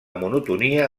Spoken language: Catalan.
monotonia